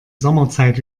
sommerzeit